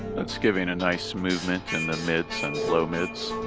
that's giving a nice movement in the mids and low-mids.